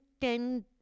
ten